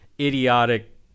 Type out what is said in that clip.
idiotic